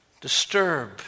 disturb